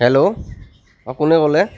hello অ কোনে ক'লে